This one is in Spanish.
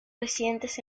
residentes